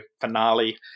finale